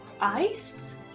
ice